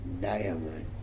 diamond